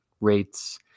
rates